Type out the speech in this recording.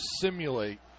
simulate